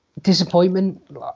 Disappointment